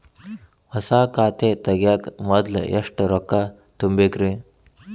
ಹೊಸಾ ಖಾತೆ ತಗ್ಯಾಕ ಮೊದ್ಲ ಎಷ್ಟ ರೊಕ್ಕಾ ತುಂಬೇಕ್ರಿ?